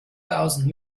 thousand